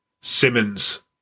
Simmons